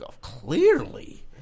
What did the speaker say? Clearly